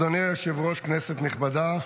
אדוני היושב-ראש, כנסת נכבדה.